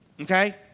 Okay